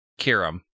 Kiram